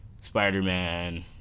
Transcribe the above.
Spider-Man